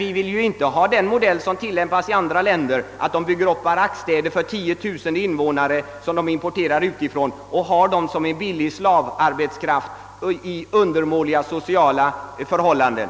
Vi vill inte göra såsom i andra länder, där man bygger upp barackstäder för kanske 10 000 från utlandet importerade människor, vilka man kan utnyttja som en billig slavarbetskraft under undermåliga sociala förhållanden